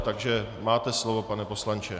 Takže máte slovo, pane poslanče.